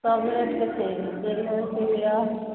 सब रेटके छै जे लेब से लिअ